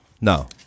No